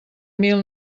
mil